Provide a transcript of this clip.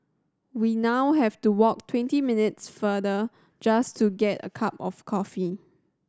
we now have to walk twenty minutes farther just to get a cup of coffee